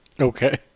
Okay